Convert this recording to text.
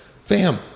fam